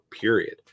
period